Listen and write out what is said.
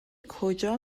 کجا